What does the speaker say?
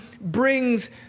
brings